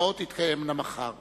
הצעת חוק הגנת הצרכן (תיקון מס' 22),